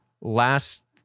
last